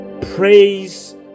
Praise